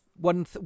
One